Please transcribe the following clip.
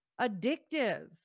Addictive